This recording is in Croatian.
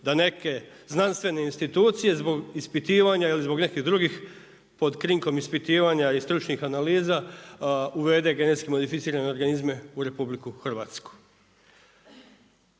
da neke znanstvene institucije zbog ispitivanja ili zbog nekih drugih pod krinkom ispitivanja i stručnih analiza uvede GMO u RH. U svijetu je to